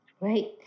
right